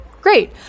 Great